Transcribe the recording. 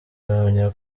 ahamya